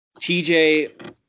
TJ